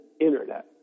Internet